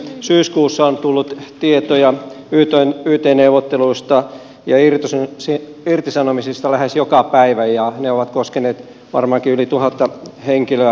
syyskuussa on tullut tietoja yt neuvotteluista ja irtisanomisista lähes joka päivä ja ne ovat koskeneet varmaankin yli tuhatta henkilöä